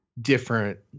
different